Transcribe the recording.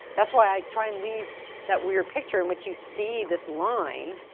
that's why i try and leave that weird picture in which you see this line